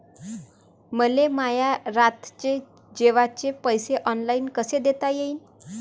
मले माया रातचे जेवाचे पैसे ऑनलाईन कसे देता येईन?